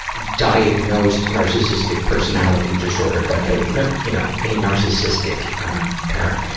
diagnosed narcissistic personality disorder, but but you know a narcissistic parent.